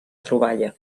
troballa